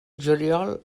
juliol